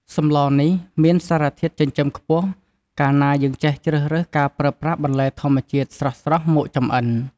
សម្លនេះមានសារធាតុចិញ្ចឹមខ្ពស់កាលណាយើងចេះជ្រើសរើសការប្រើប្រាស់បន្លែធម្មជាតិស្រស់ៗមកចម្អិន។